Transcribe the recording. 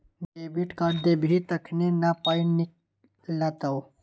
debit card देबही तखने न पाइ निकलतौ